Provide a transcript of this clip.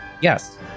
Yes